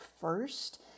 first